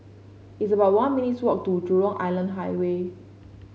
it's about one minutes' walk to Jurong Island Highway